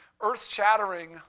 earth-shattering